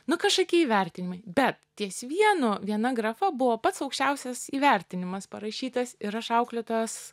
nu kažkokie įvertinimai be ties vienu viena grafa buvo pats aukščiausias įvertinimas parašytas ir aš auklėtojos